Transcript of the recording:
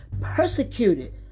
Persecuted